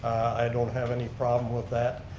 i don't have any problem with that,